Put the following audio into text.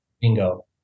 Bingo